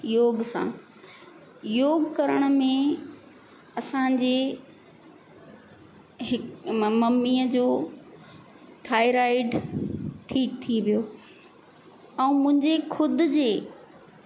योग सां योगु करण में असांजे मम्मीअ जो थायराइड ठीकु थी वियो ऐं मुंहिंजे ख़ुदि जे